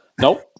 Nope